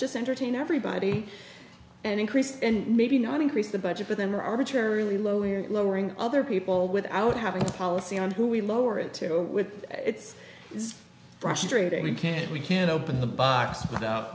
just entertain everybody and increase and maybe not increase the budget for them or arbitrarily lowlier lowering other people without having a policy on who we lower it to with it's brushy trading we can't we can't open the box without